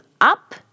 up